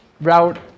route